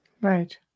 Right